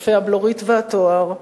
יפי הבלורית והתואר,